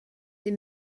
des